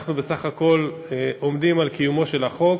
אנחנו בסך הכול עומדים על קיומו של החוק.